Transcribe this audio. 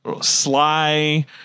sly